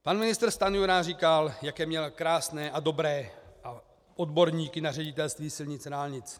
Pan ministr Stanjura říkal, jaké měl krásné a dobré odborníky na Ředitelství silnic a dálnic.